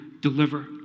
deliver